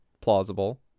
Plausible